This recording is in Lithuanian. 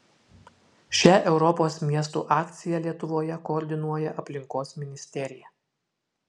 šią europos miestų akciją lietuvoje koordinuoja aplinkos ministerija